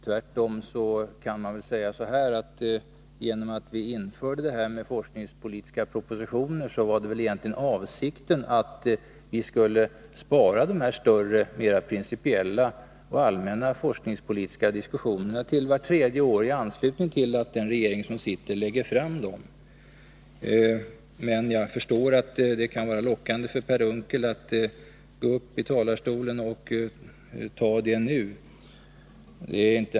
Tvärtom kan man väl säga att avsikten med de forskningspolitiska propositionerna var att vi skulle kunna spara de större, mera principiella och allmänna forskningspolitiska diskussionerna till vart tredje år, i anslutning till att den regering som sitter lägger fram en sådan proposition. Men jag förstår att det kan vara lockande för Per Unckel att föra fram mera allmänna synpunkter.